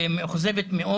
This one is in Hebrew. ומאוכזבת.